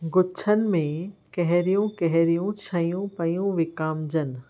गुच्छनि में कहिड़ियूं कहिड़ियूं शयूं पयूं विकामिजनि